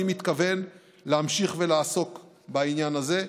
אני מתכוון להמשיך ולעסוק בעניין הזה.